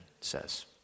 says